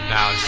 Now